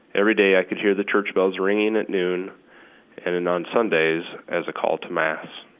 everyday i could hear the church bells ringing at noon and and on sundays as a call to mass.